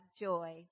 joy